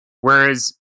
Whereas